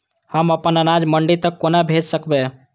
हम अपन अनाज मंडी तक कोना भेज सकबै?